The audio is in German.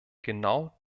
genau